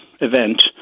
event